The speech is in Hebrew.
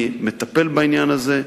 אני מטפל בעניין הזה,